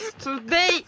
Today